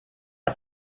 aus